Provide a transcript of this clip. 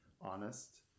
honest